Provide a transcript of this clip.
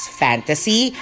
fantasy